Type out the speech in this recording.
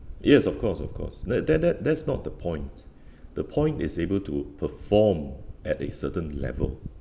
yes of course of course that that that that's not the point the point is able to perform at a certain level